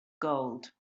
gold